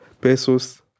pesos